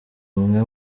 umwe